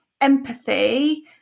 empathy